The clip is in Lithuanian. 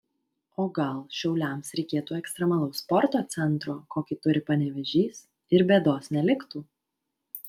o gal šiauliams reikėtų ekstremalaus sporto centro kokį turi panevėžys ir bėdos neliktų